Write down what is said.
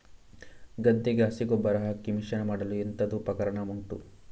ಗದ್ದೆಗೆ ಹಸಿ ಗೊಬ್ಬರ ಹಾಕಿ ಮಿಶ್ರಣ ಮಾಡಲು ಎಂತದು ಉಪಕರಣ ಉಂಟು?